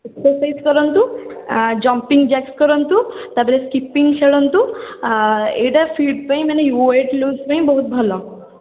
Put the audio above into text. exercise କରନ୍ତୁ jumping jacks କରନ୍ତୁ ତା'ପରେ ସ୍କିପିଙ୍ଗ ଖେଳନ୍ତୁ ଏଇଟା ଫିଟ୍ ପାଇଁ ମାନେ ୱେଟ୍ ଲୁଜ୍ ପାଇଁ ବହୁତ ଭଲ